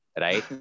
right